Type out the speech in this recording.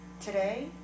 today